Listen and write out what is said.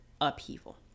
upheaval